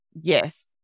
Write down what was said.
Yes